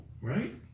right